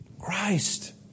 Christ